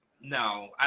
no